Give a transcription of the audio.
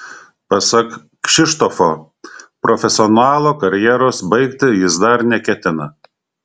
pasak kšištofo profesionalo karjeros baigti jis dar neketina